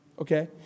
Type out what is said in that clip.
okay